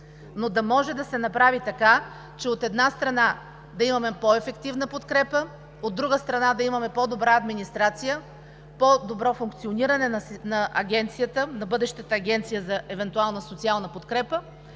но да може да се направи така, че, от една страна, да имаме по-ефективна подкрепа, от друга страна, да имаме по-добра администрация, по-добро функциониране на бъдещата Агенция за евентуална социална подкрепа,